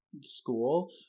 school